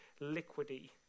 liquidy